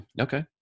Okay